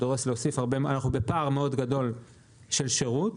כי אנחנו בפער מאוד גדול של שירות.